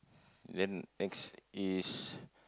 then next is